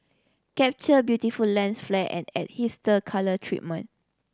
capture beautiful lens flare and add colour treatment